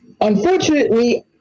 unfortunately